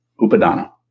Upadana